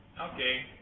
Okay